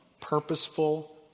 purposeful